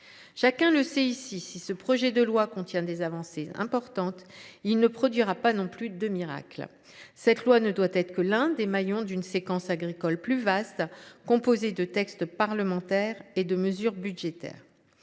Chacun le sait, si ce projet de loi contient des avancées importantes, il ne produira pas non plus de miracle. Ce texte ne doit être que l’un des maillons d’une séquence agricole plus vaste, composée de textes parlementaires et de mesures budgétaires.